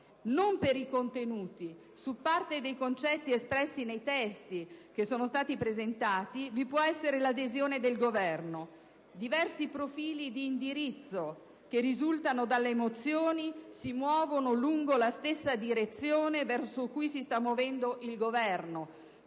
Non per i contenuti: su parte dei concetti espressi nei testi che sono stati presentati vi può essere l'adesione del Governo. Diversi profili di indirizzo che risultano dalle mozioni si muovono lungo la stessa direzione verso cui si sta muovendo il Governo: